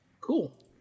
Cool